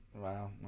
Wow